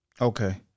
Okay